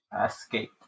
Escape